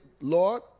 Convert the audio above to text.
Lord